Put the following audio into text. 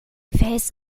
face